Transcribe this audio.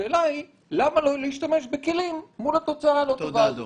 השאלה למה לא להשתמש בכלים מול התוצאה הלא טובה הזאת.